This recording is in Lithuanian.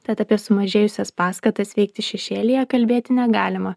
tad apie sumažėjusias paskatas veikti šešėlyje kalbėti negalima